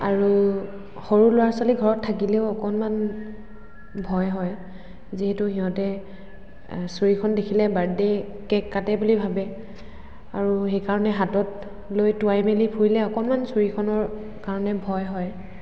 আৰু সৰু ল'ৰা ছোৱালী ঘৰত থাকিলেও অকণমান ভয় হয় যিহেতু সিহঁতে ছুৰিখন দেখিলে বাৰ্থডে কেক্ কাটে বুলি ভাবে আৰু সেইকাৰণে হাতত লৈ টোৱাই মেলি ফুৰিলে অকণমান ছুৰিখনৰ কাৰণে ভয় হয়